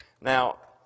Now